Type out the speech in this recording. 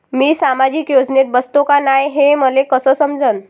मी सामाजिक योजनेत बसतो का नाय, हे मले कस समजन?